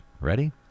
ready